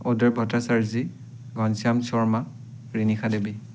Uday Bhattacharya Ghanshyam Sharma Renisha Devi